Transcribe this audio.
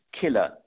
killer